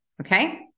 okay